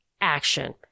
action